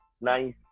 nice